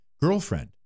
girlfriend